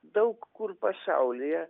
daug kur pasaulyje